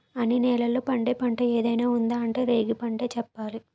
అన్ని నేలల్లో పండే పంట ఏదైనా ఉందా అంటే రేగిపండనే చెప్పాలి